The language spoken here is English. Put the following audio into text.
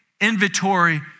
inventory